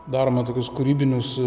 darome tokius kūrybinius